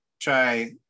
try